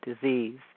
disease